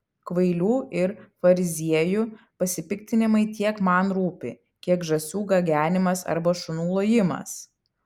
kvailių ir fariziejų pasipiktinimai tiek man rūpi kiek žąsų gagenimas arba šunų lojimas